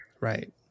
Right